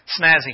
snazzy